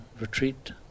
retreat